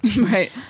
Right